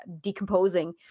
decomposing